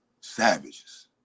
Savages